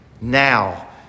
Now